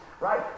right